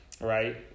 right